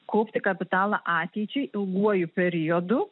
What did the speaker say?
kaupti kapitalą ateičiai ilguoju periodu